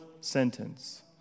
sentence